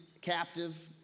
captive